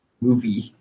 movie